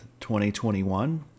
2021